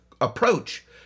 approach